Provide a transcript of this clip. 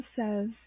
says